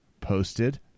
posted